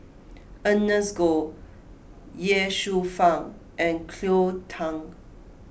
Ernest Goh Ye Shufang and Cleo Thang